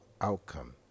outcome